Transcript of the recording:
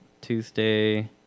Tuesday